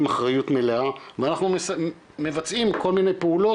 אחריות מלאה ואנחנו מבצעים כל מיני פעולות,